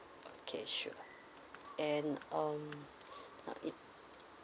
okay sure and um